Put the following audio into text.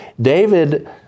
David